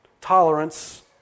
Tolerance